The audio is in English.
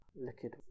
liquid